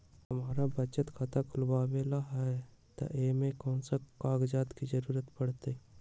हमरा बचत खाता खुलावेला है त ए में कौन कौन कागजात के जरूरी परतई?